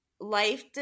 Life